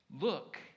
look